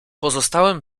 pozostałem